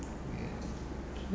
ya